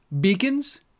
beacons